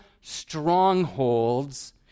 strongholds